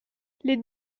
les